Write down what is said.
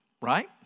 right